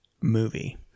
movie